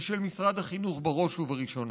ושל משרד החינוך בראש ובראשונה.